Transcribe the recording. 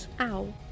Ow